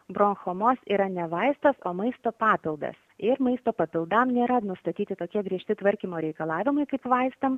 brochomos yra ne vaistas o maisto papildas ir maisto papildam nėra nustatyti tokie griežti tvarkymo reikalavimai kaip vaistam